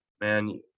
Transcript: man